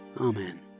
Amen